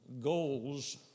goals